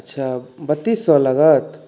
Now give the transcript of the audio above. अच्छा बत्तीस सओ लागत